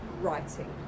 writing